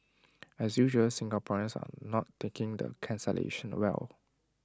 as usual Singaporeans are not taking the cancellation well